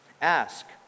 Ask